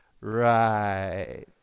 Right